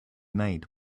made